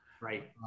Right